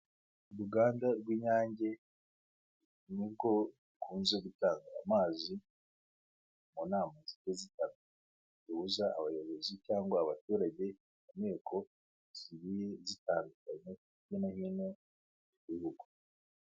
Uruganda rw'inyange ni rwo rukunze gutanga amazi, mu nama zigiye zitandukanye zihuza abayobozi cyangwa abaturage mu nteko zigiye zitandukanye, hirya no hino mu gihugu.